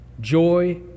joy